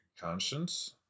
Conscience